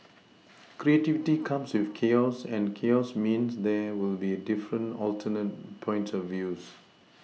creativity comes with chaos and chaos means there will be different alternate points of views